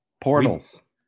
Portals